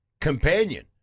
companion